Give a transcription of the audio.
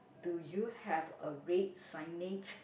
do you have a red signage